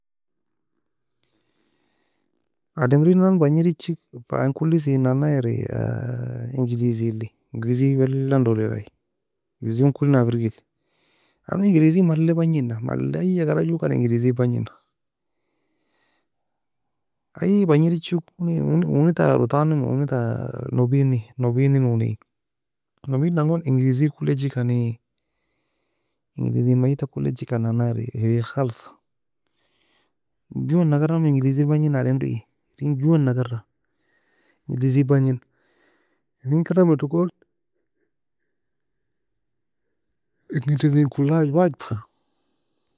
Ademri nan banged echi an kulisei nan na eri English eli Eglish welan dolir aye english kuli nanga firgir لان English ka bangina malla ayi agara jokan English ka bagnina. Aie bangid echi kony uni ta rutan emi uni ta nobine nobine e uni. Nobin edan goni english kuliche kani English bangid ta kulei kani nae na ery, ashri kalsa. In Joe wane agara english bagnina ademri Joe wane agara english bagniena enin karam edo gon english en kulad wajba